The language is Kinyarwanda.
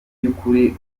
by’ukuri